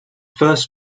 first